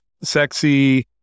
sexy